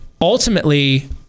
ultimately